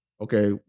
okay